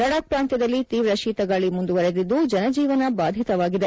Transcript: ಲಡಾಖ್ ಪ್ರಾಂತ್ಯದಲ್ಲಿ ತೀವ್ರ ಶೀತಗಾಳಿ ಮುಂದುವರೆದಿದ್ದು ಜನಜೀವನ ಬಾಧಿತವಾಗಿದೆ